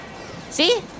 See